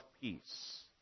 peace